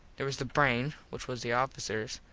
there was the brain, which was the officers,